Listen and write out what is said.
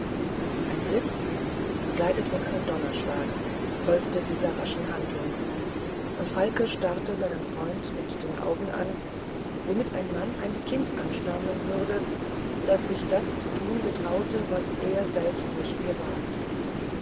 ein blitz begleitet von einem donnerschlage folgte dieser raschen handlung und falke starrte seinen freund mit den augen an womit ein mann ein kind anstaunen würde das sich das zu tun getrauet was er selbst nicht gewagt